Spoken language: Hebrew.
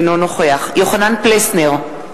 אינו נוכח יוחנן פלסנר,